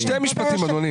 שני משפטים, אדוני.